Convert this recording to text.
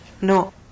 No